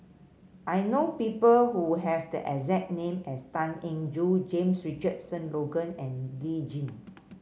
I know people who have the exact name as Tan Eng Joo James Richardson Logan and Lee Tjin